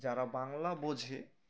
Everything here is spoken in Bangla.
যারা বাংলা বোঝে